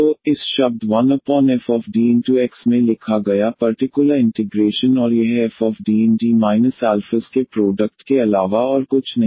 तो इस शब्द 1fDX में लिखा गया पर्टिकुलर इंटिग्रेशन और यह fD इन D s के प्रोडक्ट के अलावा और कुछ नहीं है